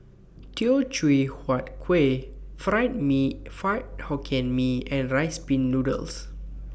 Teochew Huat Kuih Fried Mee Fried Hokkien Mee and Rice Pin Noodles